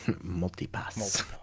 multi-pass